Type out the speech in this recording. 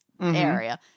area